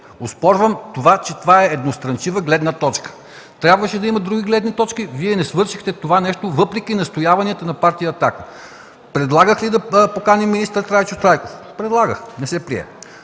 Оспорвам, че това е едностранчива гледна точка. Трябваше да има и други гледни точки, а Вие не свършихте това, въпреки настояванията на партия „Атака”. Предлагах Ви да поканим министър Трайчо Трайков – предлагах, но не се прие;